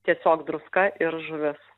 tiesiog druska ir žuvis